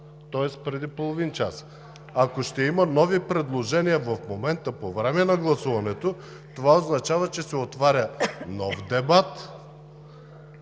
тоест преди половин час. Ако ще има нови предложения в момента по време на гласуването, това означава, че се отваря нов дебат,